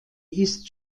ist